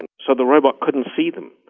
and so the robot couldn't see them,